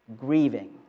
grieving